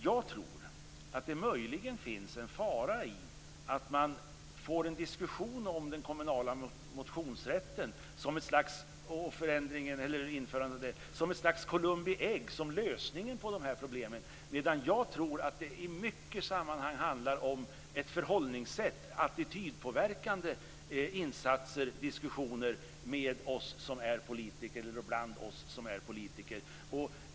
Jag tror att det finns en fara i att man får en diskussion om införandet av den kommunala motionsrätten som ett slags Columbi ägg - som lösningen på dessa problem. Jag tror att det i många sammanhang handlar om ett förhållningssätt och om attitydpåverkande insatser och diskussioner med och bland oss som är politiker.